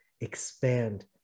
expand